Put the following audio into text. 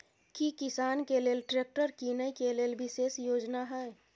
की किसान के लेल ट्रैक्टर कीनय के लेल विशेष योजना हय?